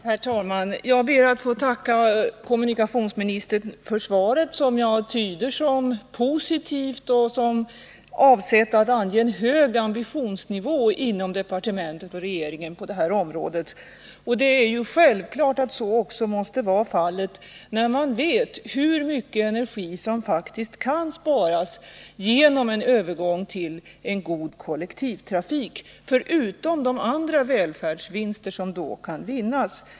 Herr talman! Jag ber att få tacka kommunikationsministern för svaret. Jag tyder det som positivt och som avsett att ange en hög ambitionsnivå inom departementet och regeringen på detta område. Det är ju självklart att så också måste vara fallet, när man vet hur mycket energi som faktiskt kan sparas genom övergång till en god kollektivtrafik — förutom de andra välfärdsvinster som då kan göras.